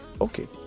Okay